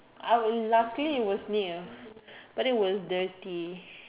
I would luckily it was me but then it was dirty